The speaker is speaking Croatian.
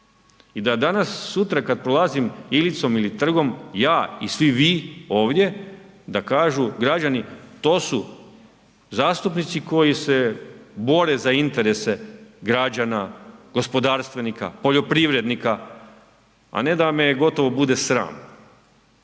I da danas sutra kada prolazim Ilicom ili Trgom ja i svi vi ovdje da kažu građani, to su zastupnici koji se bore za interese građana, gospodarstvenika, poljoprivrednika, a ne da me gotovo bude sram